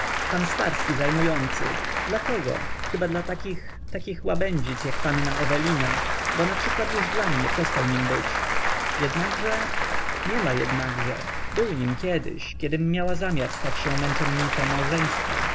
pan starski zajmujący dla kogo chyba dla takich takich łabędzic jak panna ewelina bo naprzykład już dla mnie przestał nim być jednakże nie ma jednakże był nim kiedyś kiedym miała zamiar stać się męczennicą małżeństwa